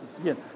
Again